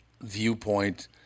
viewpoint